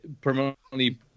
permanently